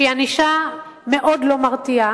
שהיא ענישה מאוד לא מרתיעה,